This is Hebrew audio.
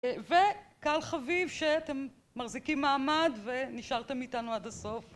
וקהל חביב שאתם מחזיקים מעמד ונשארתם איתנו עד הסוף.